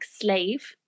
slave